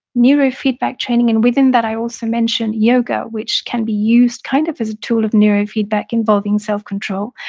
neurofeedback training, and within that i also mentioned yoga which can be used kind of as a tool of neurofeedback involving self-control,